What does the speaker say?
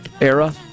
era